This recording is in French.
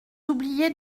oubliez